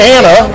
Anna